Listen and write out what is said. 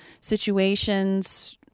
situations